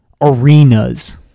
arenas